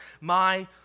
My